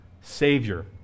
Savior